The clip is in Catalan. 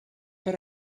per